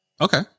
Okay